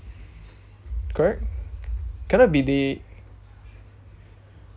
correct cannot be they